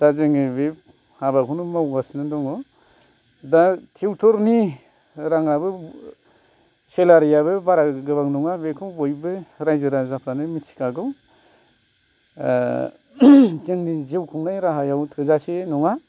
दा जोङो बे हाबा खौनो मावगासिनो दङ दा थुउथरनि रां आबो सेलेरिआबो बारा गोबां नङा बिखौ बयबो रायजो राजाफ्रानो मिथिखागौ जोंनि जिउ खुंनायाव राहायाव थोजासे नङा